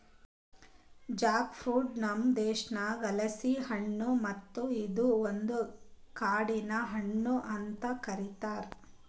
Jack fruit ನಮ್ ದೇಶದಾಗ್ ಹಲಸಿನ ಹಣ್ಣು ಮತ್ತ ಇದು ಒಂದು ಕಾಡಿನ ಹಣ್ಣು ಅಂತ್ ಕರಿತಾರ್